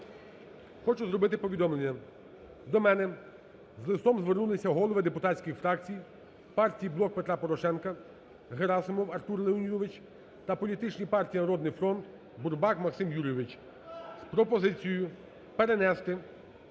хочу зробити повідомлення. До мене з листом звернулися голови депутатських фракції: партії "Блок Петра Порошенка" Герасимов Артур Леонідович та політичної партії "Народний фронт" Бурбак Максим Юрійович – з пропозицією перенести